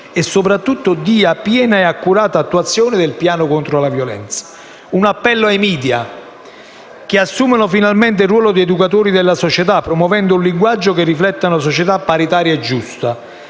e soprattutto dia piena e accurata attuazione al piano contro la violenza. Un appello ai *media*: che assumano finalmente il ruolo di educatori della società, promuovendo un linguaggio che rifletta una società paritaria e giusta,